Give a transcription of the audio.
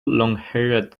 longhaired